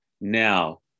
Now